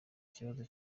kibazo